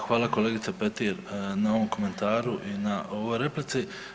Hvala kolegice Petir na ovom komentaru i na ovoj replici.